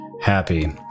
happy